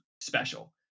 special